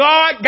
God